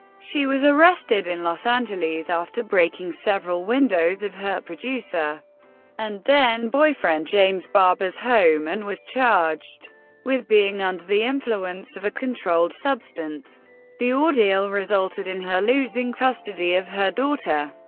she was arrested in los angeles after breaking several windows of her producer and then-boyfriend james barber's home, and was charged with being under the influence of a controlled substance the ordeal resulted in her losing custody of her daughter.